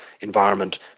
environment